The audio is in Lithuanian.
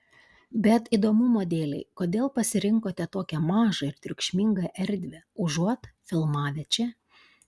bet įdomumo dėlei kodėl pasirinkote tokią mažą ir triukšmingą erdvę užuot filmavę čia